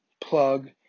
plug